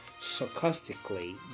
Sarcastically